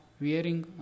wearing